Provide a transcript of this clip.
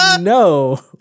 No